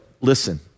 listen